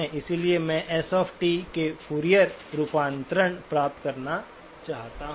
इसलिए मैं s के फूरियर रूपांतरण प्राप्त करना चाहता हूं